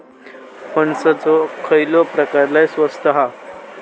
कणसाचो खयलो प्रकार लय स्वस्त हा?